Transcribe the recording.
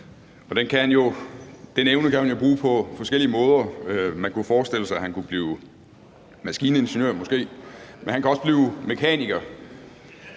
Den evne kan han jo bruge på forskellige måder. Man kunne forestille sig, at han kunne blive maskiningeniør måske, men han kunne også blive mekaniker.